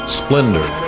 splendor